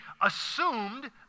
assumed